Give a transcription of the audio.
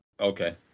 Okay